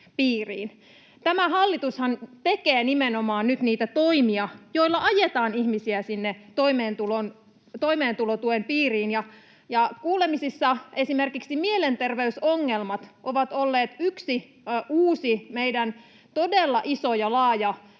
Tämä hallitushan tekee nimenomaan nyt niitä toimia, joilla ajetaan ihmisiä sinne toimeentulotuen piiriin. Kuulemisissa esimerkiksi mielenterveysongelmat ovat olleet yksi uusi meidän todella iso ja laaja